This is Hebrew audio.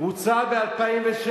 שהוצע ב-2007.